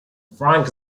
frank